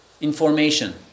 information